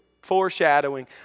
foreshadowing